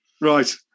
Right